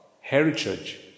heritage